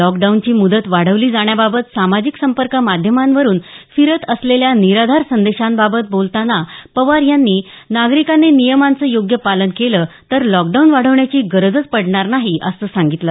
लॉकडाऊनची मुदत वाढवली जाण्याबाबत सामाजिक संपर्क माध्यमांवरून फिरत असलेल्या निराधार संदेशांबाबत बोलताना पवार यांनी नागरिकांनी नियमांचं योग्य पालन केलं तर लॉकडाऊन वाढवण्याची गरजच पडणार नाही असं सांगितलं